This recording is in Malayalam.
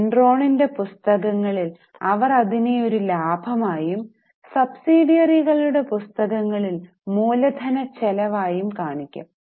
എൻറോണിന്റെ പുസ്തകങ്ങളിൽ അവർ അതിനെ ഒരു ലാഭമായും സബ്സിഡിയറികളുടെ പുസ്തകങ്ങളിൽ മൂലധനച്ചെലവായി കാണിക്കും